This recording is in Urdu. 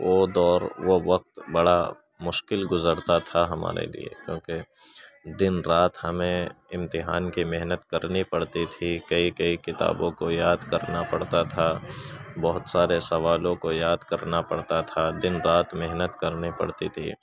وہ دور وہ وقت بڑا مشکل گُزرتا تھا ہمارے لیے کیوںکہ دِن رات ہمیں امتحان کی محنت کرنی پڑتی تھی کئی کئی کتابوں کو یاد کرنا پڑتا تھا بہت سارے سوالوں کو یاد کرنا پڑتا تھا دِن رات محنت کرنی پڑتی تھی